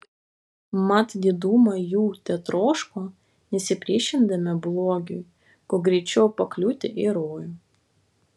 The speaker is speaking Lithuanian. mat diduma jų tetroško nesipriešindami blogiui kuo greičiau pakliūti į rojų